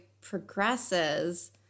progresses